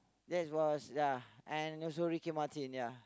this was ya and also Ricky-Martin ya